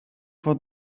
for